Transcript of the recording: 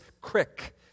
Crick